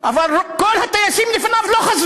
נשבע על כך.); אבל כל הטייסים לפניו לא חזרו,